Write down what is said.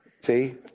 See